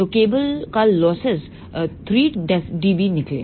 तो केबल का losses LOSSES 3 dB निकले